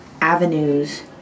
avenues